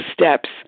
steps